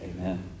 Amen